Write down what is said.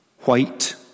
white